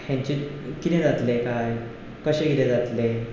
हांचें कितें जातलें काय कशें कितें जातलें